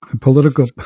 Political